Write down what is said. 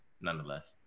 nonetheless